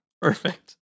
Perfect